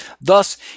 Thus